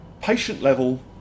patient-level